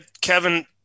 kevin